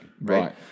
right